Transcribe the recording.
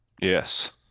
Yes